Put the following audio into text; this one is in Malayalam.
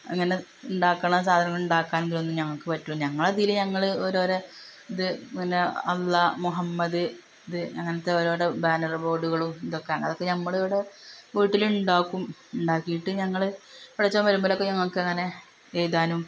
അങ്ങനെ ഉണ്ടാക്കുന്ന സാധനങ്ങൾ ഉണ്ടാക്കാൻ ഇതിനൊന്നും ഞങ്ങൾക്ക് പറ്റില്ല ഞങ്ങളെ ഇതിൽ ഞങ്ങൾ ഓരോരോ ഇത് പിന്നെ അള്ളാഹ് മുഹമ്മദ് ഇത് അങ്ങനെത്തെ ഓരോരോ ബാനർ ബോഡുകളും ഇതൊക്കെ അതൊക്കെ നമ്മൾ ഇവിടെ വീട്ടിൽ ഉണ്ടാക്കും ഉണ്ടാക്കിയിട്ട് ഞങ്ങൾ ഇവിടെ ചുമരിന്മേലൊക്കെ ഞങ്ങൾക്ക് ഇങ്ങനെ എഴുതാനും